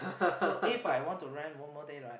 so If I want to rent one more day right